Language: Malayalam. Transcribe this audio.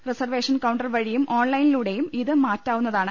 റിസർവേഷൻ കൌണ്ടർ വഴിയും ഓൺലൈനിലൂടെയും ഇത് മാറ്റാവുന്നതാണ്